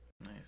Nice